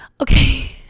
okay